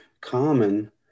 common